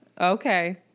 Okay